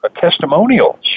testimonials